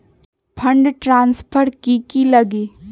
Fund transfer कि की लगी?